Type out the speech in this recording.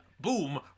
boom